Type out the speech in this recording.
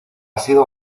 sido